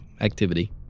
activity